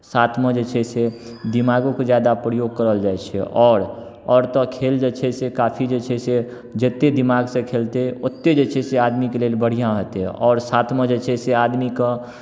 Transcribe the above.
साथमे जे छै से दिमागोके ज्यादा प्रयोग कयल जाइत छै आओर आओर तऽ खेल जे छै से काफी जे छै से जतेक दिमागसँ खेलतै ओतेक जे छै से आदमी के लेल बढ़िआँ हेतै आओर साथमे जे छै से आदमीके